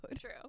True